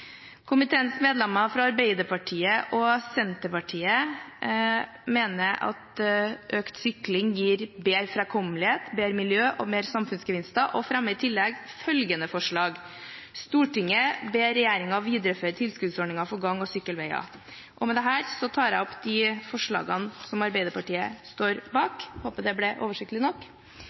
Komiteens medlemmer fra Arbeiderpartiet og Senterpartiet mener at økt sykling gir bedre framkommelighet, bedre miljø, flere samfunnsgevinster og fremmer i tillegg følgende forslag: «Stortinget ber regjeringen videreføre tilskuddsordningen for gang- og sykkelveger.» Med dette tar jeg opp de forslagene som Arbeiderpartiet står bak. Jeg håper det ble oversiktlig nok.